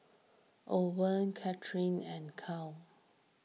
Owen Katherine and Cale